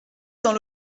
dans